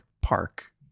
Park